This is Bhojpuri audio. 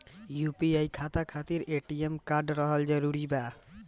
यू.पी.आई खाता खातिर ए.टी.एम कार्ड रहल जरूरी बा?